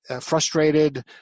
frustrated